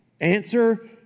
Answer